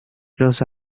los